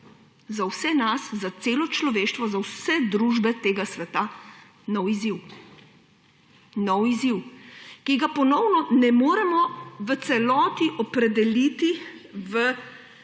za vse nas, za celo človeštvo, za vse družbe tega sveta nov izziv. Nov izziv, ki ga ponovno ne moremo v celoti opredeliti v